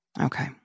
Okay